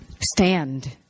stand